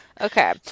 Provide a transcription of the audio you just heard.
Okay